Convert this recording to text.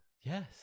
Yes